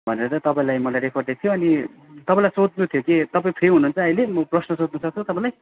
भनेर तपाईँलाई मलाई रेफर दिएको थियो अनि तपाईँलाई सोध्नु थियो कि तपाईँ फ्री हुनुहुन्छ अहिले म प्रश्न सोध्नु सक्छु तपाईँलाई